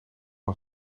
een